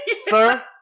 Sir